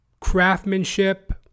Craftsmanship